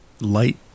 light